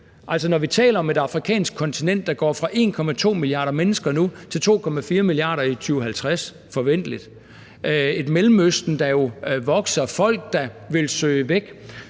når vi taler om et afrikansk kontinent, der går fra nuværende 1,2 milliarder mennesker til forventelig 2,4 milliarder i 2050, et Mellemøsten, der jo vokser, folk, der vil søge væk,